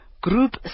Group